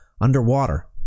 underwater